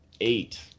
eight